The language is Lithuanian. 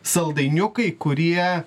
saldainiukai kurie